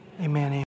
Amen